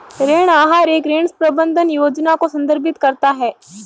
ऋण आहार एक ऋण प्रबंधन योजना को संदर्भित करता है